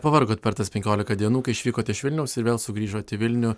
pavargot per tas penkiolika dienų kai išvykot iš vilniaus ir vėl sugrįžot į vilnių